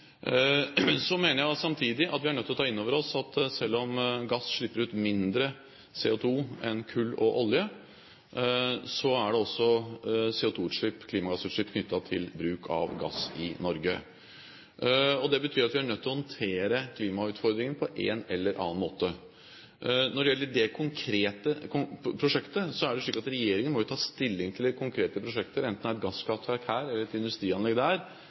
Så mener jeg samtidig at vi er nødt til å ta inn over oss at selv om gass slipper ut mindre CO2 enn kull og olje, er det også CO2-utslipp, klimagassutslipp, knyttet til bruk av gass i Norge. Det betyr at vi er nødt til å håndtere klimautfordringen på en eller annen måte. Når det gjelder det konkrete prosjektet: Det er jo slik at regjeringen må ta stilling til konkrete prosjekter, enten det er et gasskraftverk her eller et industrianlegg der,